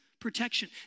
protection